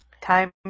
Time